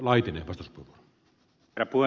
herra puhemies